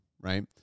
right